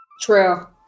True